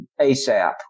ASAP